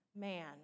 man